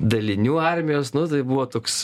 dalinių armijos nu tai buvo toks